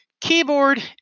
Keyboard